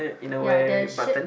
ya the shirt